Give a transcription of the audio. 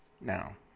Now